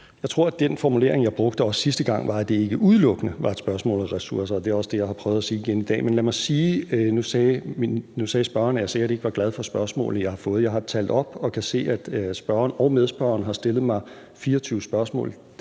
Jeg tror, at den formulering, jeg brugte også sidste gang, var, at det ikke udelukkende var et spørgsmål om ressourcer, og det er også det, jeg har prøvet at sige igen i dag. Nu sagde spørgeren, at jeg sikkert ikke var glad for spørgsmålet, jeg har fået. Jeg har talt op og kan se, at spørgeren og medspørgeren har stillet mig 24 spørgsmål,